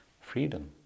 freedom